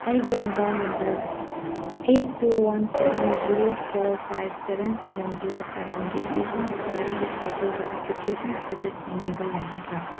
ꯑꯩꯒꯤ mobile number eight two one seven zero four five seven seven zero ꯁꯚꯦꯟꯒꯤ national scholarship ꯄꯣꯔꯇꯦꯜꯗ application status ꯌꯦꯡꯕꯤꯕ ꯌꯥꯒꯗ꯭ꯔꯥ